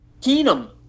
Keenum